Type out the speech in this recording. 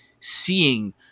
seeing